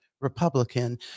Republican